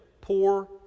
poor